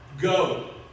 Go